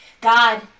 God